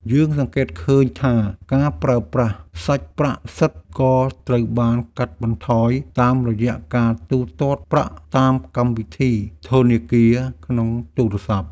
យើងសង្កេតឃើញថាការប្រើប្រាស់សាច់ប្រាក់សុទ្ធក៏ត្រូវបានកាត់បន្ថយតាមរយៈការទូទាត់ប្រាក់តាមកម្មវិធីធនាគារក្នុងទូរស័ព្ទ។